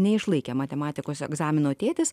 neišlaikė matematikos egzamino tėtis